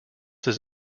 his